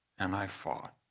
and i fought,